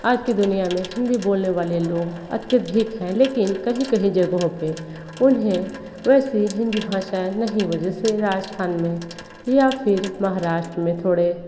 आज की दुनिया में हिंदी बोलने वाले लोग अत्यधिक हैं लेकिन कहीं कहीं जगहों पे उन्हें वैसी हिंदी भाषा नहीं वह जैसे राजस्थान में या फ़िर महाराष्ट्र में थोड़े